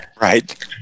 Right